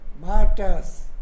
martyrs